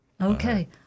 Okay